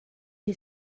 est